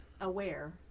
aware